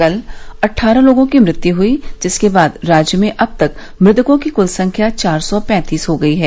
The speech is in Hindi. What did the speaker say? कल अटठारह लोगों की मृत्यु हुई जिसके बाद राज्य में अब तक मृतकों की कुल संख्या चार सौ पैंतीस हो गई है